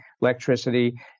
electricity